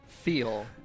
Feel